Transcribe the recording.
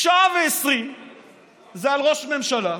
שעה ועשרים זה על ראש ממשלה,